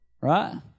Right